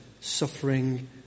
suffering